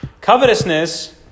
Covetousness